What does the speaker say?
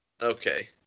Okay